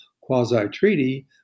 quasi-treaty